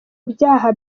byaha